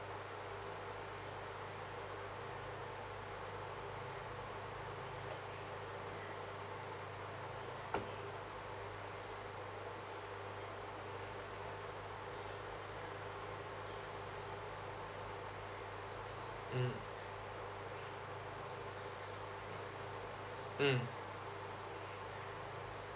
mm mm